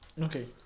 Okay